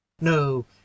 No